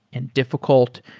and difficult,